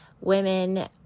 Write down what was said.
women